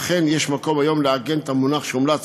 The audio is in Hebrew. אכן יש מקום היום לעגן את המונח שהומלץ